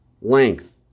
length